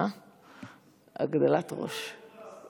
הגדלת ראש.